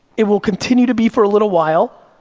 it will continue to be for a little while.